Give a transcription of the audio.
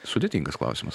sudėtingas klausimas